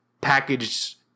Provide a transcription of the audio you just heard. packaged